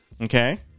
Okay